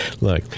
look